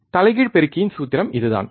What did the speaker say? தலைகீழ் பெருக்கியின் சூத்திரம் இதுதான்